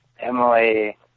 Emily